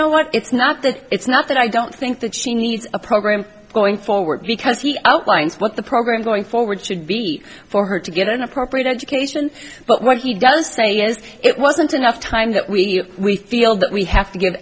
know what it's not that it's not that i don't think that she needs a program going forward because he outlines what the program going forward should be for her to get an appropriate education but what he does say is it wasn't enough time that we we feel that we have to g